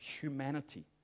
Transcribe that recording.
humanity